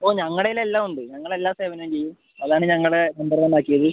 ഓ ഞങ്ങളുടെ കയ്യിൽ എല്ലാം ഉണ്ട് ഞങ്ങളെല്ലാ സേവനവും ചെയ്യും അതാണ് ഞങ്ങളെ നമ്പർ വൺ ആക്കിയത്